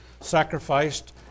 sacrificed